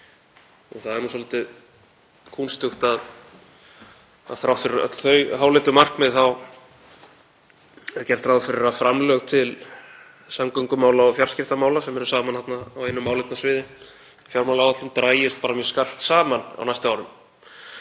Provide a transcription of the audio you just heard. Það er svolítið kúnstugt að þrátt fyrir öll þau háleitu markmið er gert ráð fyrir að framlög til samgöngumála og fjarskiptamála, sem eru saman þarna á einu málefnasviði, í fjármálaáætlun, dragist bara mjög skart saman á næstu árum.